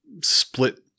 split